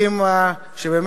דרך אגב, רק שתדע.